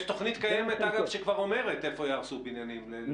למיטב ידיעתי יש תוכנית קיימת שכבר א ומרת איפה יהרסו בניינים.